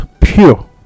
pure